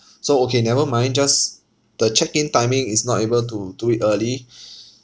so okay never mind just the check in timing is not able to do it early